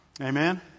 Amen